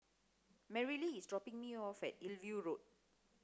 Marilee is dropping me off at Hillview Road